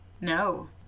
No